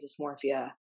dysmorphia